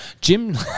Jim